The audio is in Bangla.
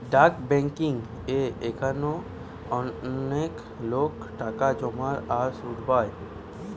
ডাক বেংকিং এ এখনো অনেক লোক টাকা জমায় আর সুধ পায়